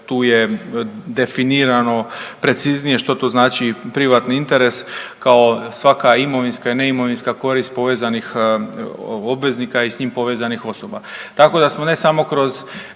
tu je definirano preciznije što to znači privatni interes, kao svaka imovinska i neimovinska korist povezanih obveznika i s njim povezanih osoba. Tako da smo ne samo kroz